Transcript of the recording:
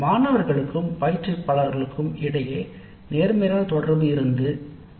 மாணவர்களுக்கும் பயிற்றுவிப்பாளருக்கும் இடையே நேர்மறையான தொடர்பு இருந்தது